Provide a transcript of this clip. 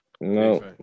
No